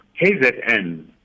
KZN